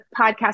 podcast